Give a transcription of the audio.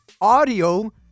audio